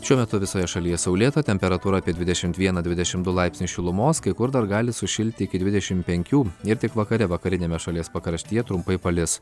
šiuo metu visoje šalyje saulėta temperatūra apie dvidešim vieną dvidešim du laipsnius šilumos kai kur dar gali sušilti iki dvidešim penkių ir tik vakare vakariniame šalies pakraštyje trumpai palis